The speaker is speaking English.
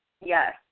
Yes